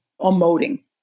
emoting